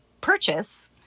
purchase